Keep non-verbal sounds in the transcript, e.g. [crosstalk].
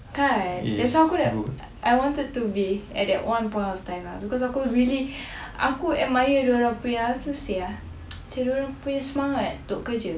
kan that's why aku I wanted to be at that one point of time ah because aku really [breath] aku admire diorang punya how to say ah macam diorang punya semangat untuk kerja